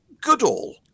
Goodall